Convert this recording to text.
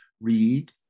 read